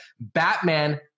Batman